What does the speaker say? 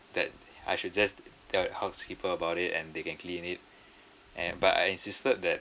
that I should just t~ tell the housekeeper about it and they can clean it and but I insisted that